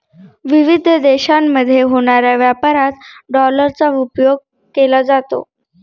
विविध देशांमध्ये होणाऱ्या व्यापारात डॉलरचा उपयोग केला जातो